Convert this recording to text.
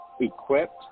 equipped